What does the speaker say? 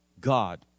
God